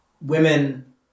women